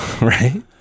right